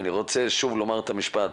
אני רוצה שוב לומר את המשפט,